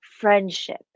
friendship